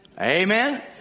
Amen